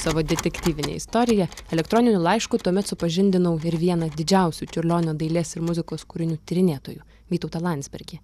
savo detektyvine istorija elektroniniu laišku tuomet supažindinau ir vieną didžiausių čiurlionio dailės ir muzikos kūrinių tyrinėtojų vytautą landsbergį